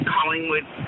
Collingwood